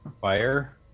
fire